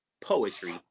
poetry